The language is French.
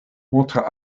monta